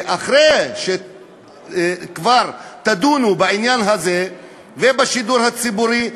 אחרי שכבר תדונו בעניין הזה ובשידור הציבורי,